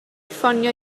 ffonio